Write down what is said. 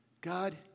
God